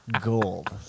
gold